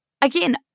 again